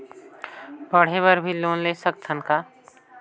पढ़े बर भी लोन ले सकत हन का?